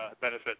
benefit